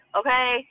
okay